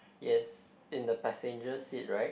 yes in the passenger seat right